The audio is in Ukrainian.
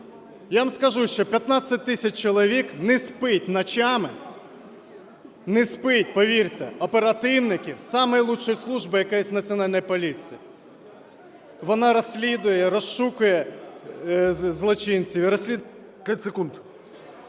Я вам скажу, що 15 тисяч чоловік не спить ночами, не спить, повірте, оперативники, самої кращої служби, яка є в Національній поліції, вона розслідує, розшукує злочинців